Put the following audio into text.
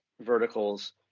verticals